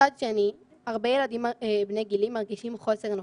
מצד שני, הרבה ילדים בני גילי מרגישים חוסר נוחות,